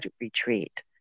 retreat